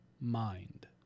mind